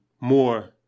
more